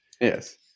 Yes